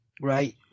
right